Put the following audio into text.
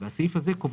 זה יכול להיות חברות,